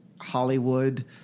Hollywood